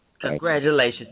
Congratulations